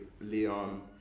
Leon